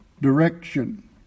direction